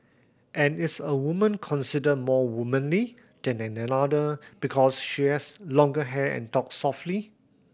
and is a woman considered more womanly than another because she has longer hair and talks softly